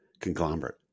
conglomerate